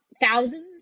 thousands